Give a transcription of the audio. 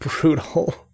brutal